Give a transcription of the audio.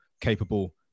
capable